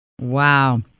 Wow